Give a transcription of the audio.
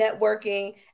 networking